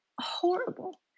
horrible